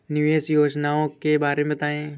निवेश योजनाओं के बारे में बताएँ?